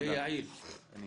אנחנו